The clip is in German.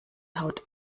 haut